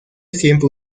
siempre